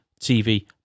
TV